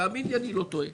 תאמין לי, אני לא טועה.